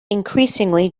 increasingly